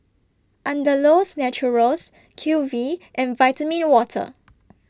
Andalou's Naturals Q V and Vitamin Water